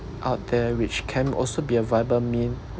out there which can also be a viable mean